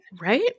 Right